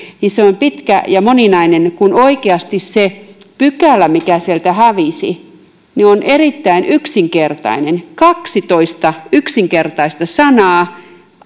se on pitkä ja moninainen kun oikeasti se pykälä mikä sieltä hävisi on erittäin yksinkertainen kaksitoista yksinkertaista sanaa